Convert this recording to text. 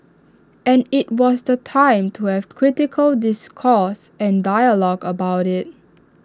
and IT was the time to have critical discourse and dialogue about IT